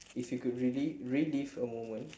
if you could relive relive a moment